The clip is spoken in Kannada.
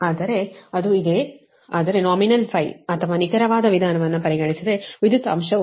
ಆದರೆ ಅದು ಇದೆ ಆದರೆ ನಾಮಿನಲ್ ಅಥವಾ ನಿಖರವಾದ ವಿಧಾನವನ್ನು ಪರಿಗಣಿಸಿದರೆ ವಿದ್ಯುತ್ ಅಂಶವು 0